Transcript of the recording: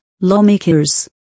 lawmakers